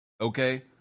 Okay